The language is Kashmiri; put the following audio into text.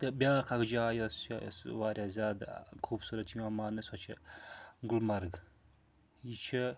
تہٕ بیٛاکھ اَکھ جاے یۄس چھِ یۄس واریاہ زیادٕ خوٗبصوٗرَت چھِ یِوان ماننہٕ سۄ چھِ گُلمرگ یہِ چھِ